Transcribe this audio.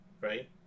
Right